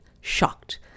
shocked